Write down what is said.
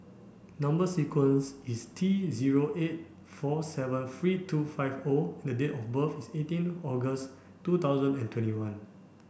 number sequence is T zero eight four seven three two five O and date of birth is eighteen August two thousand and twenty one